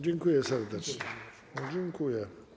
Dziękuję serdecznie, dziękuję.